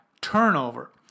turnover